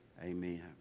Amen